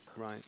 Right